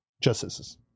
justices